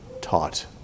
taught